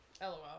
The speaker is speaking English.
LOL